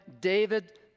David